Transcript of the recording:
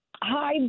Hi